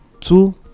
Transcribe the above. two